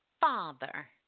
father